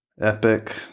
epic